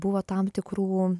buvo tam tikrų